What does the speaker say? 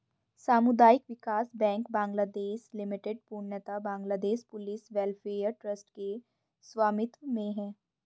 सामुदायिक विकास bank Bangladesh limited पूर्णतः बांग्लादेश पुलिस वेलफेयर ट्रस्ट के स्वामित्व में है